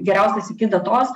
geriausias iki datos